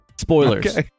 Spoilers